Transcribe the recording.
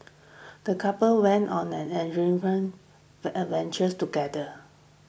the couple went on an adventures together